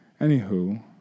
anywho